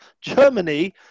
Germany